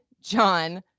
John